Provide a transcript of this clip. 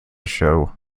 show